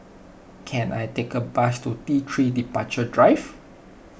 can I take a bus to T three Departure Drive